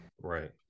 right